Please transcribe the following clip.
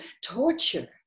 torture